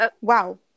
wow